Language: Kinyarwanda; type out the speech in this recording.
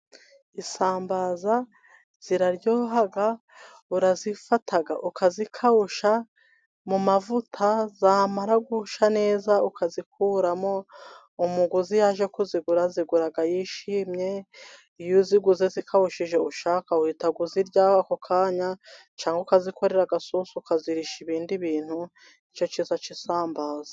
Isambaza ziraryoha. Urazifata ukazikawusha mu mavuta, zamara gushya neza, ukazikuramo. Umuguzi iyo aje kuzigura azigura yishimye. Iyo uziguze zikawushije ushaka uhita uzirya ako kanya, cyangwa ukazikorera agasosi ukazirisha ibindi bintu, nicyo cyiza cy'isambaza.